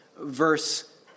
verse